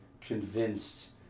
convinced